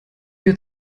wir